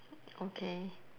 okay